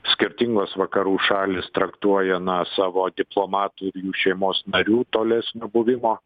skirtingos vakarų šalys traktuoja na savo diplomatų ir jų šeimos narių tolesnio buvimo